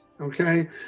okay